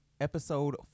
episode